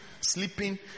sleeping